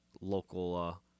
local